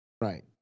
right